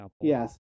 Yes